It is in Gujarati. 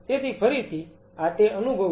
તેથી ફરીથી આ તે અનુભવ છે